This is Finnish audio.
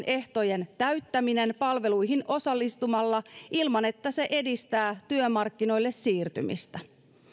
ehtojen täyttäminen palveluihin osallistumalla ilman että se edistää työmarkkinoille siirtymistä